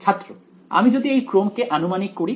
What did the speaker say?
ছাত্র আমি যদি এই ক্রম কে আনুমানিক করি